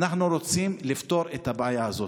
אנחנו רוצים לפתור את הבעיה הזאת.